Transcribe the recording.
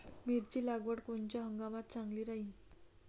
मिरची लागवड कोनच्या हंगामात चांगली राहीन?